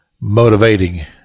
motivating